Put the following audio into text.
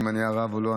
אם אני הרב או לא,